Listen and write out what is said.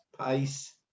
pace